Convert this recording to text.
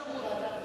גם אפשרות.